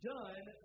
done